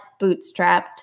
bootstrapped